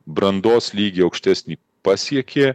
brandos lygį aukštesnį pasiekė